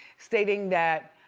stating that